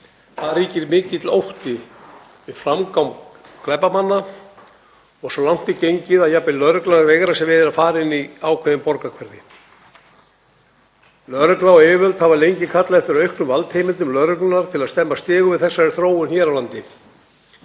Þar ríkir mikill ótti við framgang glæpamanna og svo langt er gengið að jafnvel lögregla veigrar sér við að fara inn í ákveðin borgarhverfi. Lögregla og yfirvöld hafa lengi kallað eftir auknum valdheimildum lögreglunnar til að stemma stigu við þessari þróun hér á landi.